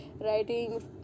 writing